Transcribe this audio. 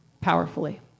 powerfully